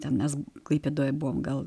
ten mes klaipėdoje buvome gal